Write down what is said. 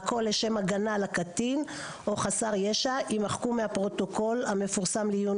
והכל לשם הגנה על הקטין או חסר ישע - יימחקו מהפרוטוקול המפורסם לעיון